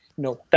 No